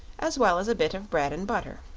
as well as a bit of bread and butter.